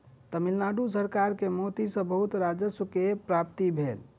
तमिल नाडु सरकार के मोती सॅ बहुत राजस्व के प्राप्ति भेल